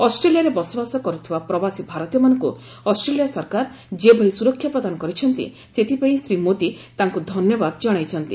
ଅଷ୍ଟ୍ରେଲିଆରେ ବସବାସ କରୁଥିବା ପ୍ରବାସୀ ଭାରତୀୟମାନଙ୍କୁ ଅଷ୍ଟ୍ରେଲିଆ ସରକାର ଯେଭଳି ସ୍କରକ୍ଷା ପ୍ରଦାନ କରିଛନ୍ତି ସେଥିପାଇଁ ଶ୍ରୀ ମୋଦୀ ତାଙ୍କୁ ଧନ୍ୟବାଦ ଜଣାଇଛନ୍ତି